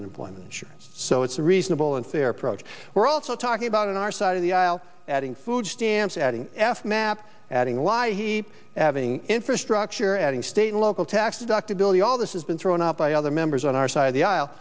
unemployment insurance so it's a reasonable and fair approach we're also talking about on our side of the aisle adding food stamps adding f map adding why he adding infrastructure adding state and local taxes dr billy all this has been thrown up by other members on our side of the aisle